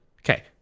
Okay